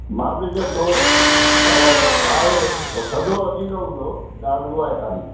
महाबलेश्वर थोरो आहे उहो थधो वधीक हूंदो ॻाल्हि उहा आहे ख़ाली